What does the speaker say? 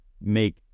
make